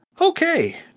Okay